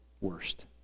worst